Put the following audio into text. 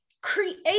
create